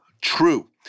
true